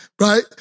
Right